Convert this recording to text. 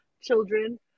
children